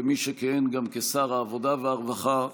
ומי שכיהן גם כשר העבודה והרווחה,